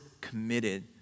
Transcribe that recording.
committed